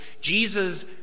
Jesus